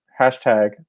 hashtag